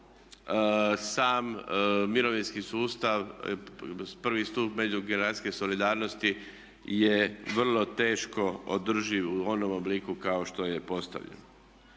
sam mirovinski sustav, prvi stup međugeneracijske solidarnosti je vrlo teško održiv u onim obliku kao što je postavljen.